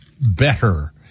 better